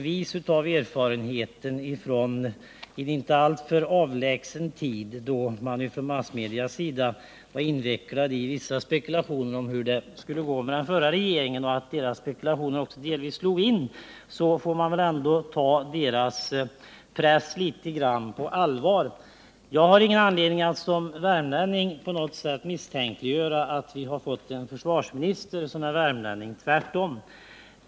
Vis av erfarenheten från en inte alltför avlägsen tid, då massmedia var invecklad i vissa spekulationer om hur det skulle gå för den förra regeringen — spekulationer som delvis också slog in — får man väl ändå ta den borgerliga pressen litet grand på allvar. Jag har som värmlänning ingen anledning att på något sätt misstänkliggöra att vi har fått en försvarsminister som är värmlänning, tvärtom.